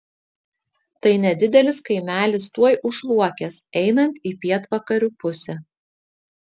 tai nedidelis kaimelis tuoj už luokės einant į pietvakarių pusę